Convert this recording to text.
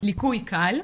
"ליקוי קל",